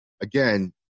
again